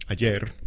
Ayer